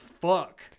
Fuck